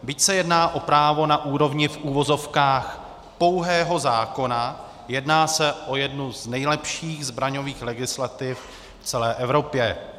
Byť se jedná o právo na úrovni v uvozovkách pouhého zákona, jedná se o jednu z nejlepších zbraňových legislativ v celé Evropě.